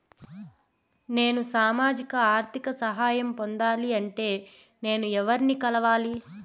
నేను సామాజిక ఆర్థిక సహాయం పొందాలి అంటే నేను ఎవర్ని ఎక్కడ కలవాలి?